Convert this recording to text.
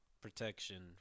protection